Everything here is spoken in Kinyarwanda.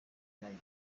nayo